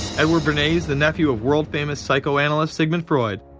edward bernays, the nephew of world famous psychoanalyst sigmund freud,